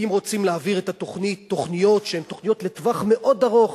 האם רוצים להעביר תוכניות שהן תוכניות לטווח מאוד ארוך,